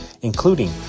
including